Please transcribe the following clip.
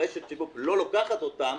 רשת השיווק לא לוקחת אותם,